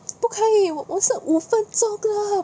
不可以我我剩五分钟了